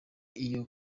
iyo